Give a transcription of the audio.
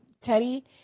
Teddy